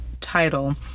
title